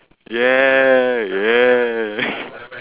yeah yeah